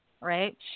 Right